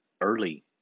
early